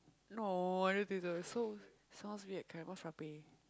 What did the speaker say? no i don't think so it's so sounds weird caramel frappe